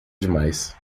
demais